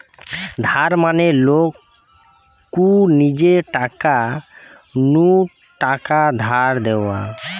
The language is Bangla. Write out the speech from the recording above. ধার মানে লোক কু নিজের টাকা নু টাকা ধার দেওয়া